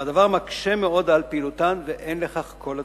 והדבר מקשה מאוד על פעילותן, ואין לכך כל הצדקה.